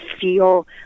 feel